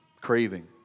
craving